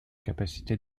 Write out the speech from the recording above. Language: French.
capacité